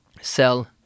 sell